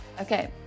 Okay